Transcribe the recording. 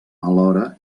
alhora